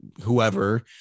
whoever